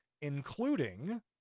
including